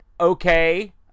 okay